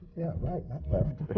yeah, right, not left!